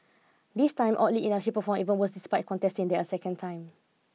this time oddly enough she performed even worse despite contesting there a second time